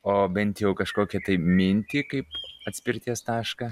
o bent jau kažkokią mintį kaip atspirties tašką